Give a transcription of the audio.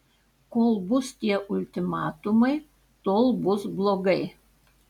kol bus tie ultimatumai tol bus blogai